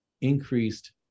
increased